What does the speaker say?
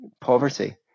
poverty